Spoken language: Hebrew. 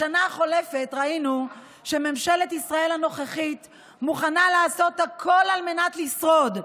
בשנה החולפת ראינו שממשלת ישראל הנוכחית מוכנה לעשות הכול על מנת לשרוד,